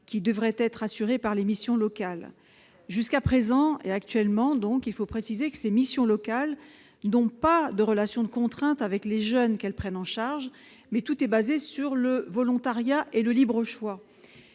qui devrait être assuré par les missions locales. Jusqu'à présent, il faut le préciser, ces missions locales n'ont pas de relation de contrainte avec les jeunes qu'elles prennent en charge. Tout repose sur le volontariat et le libre choix.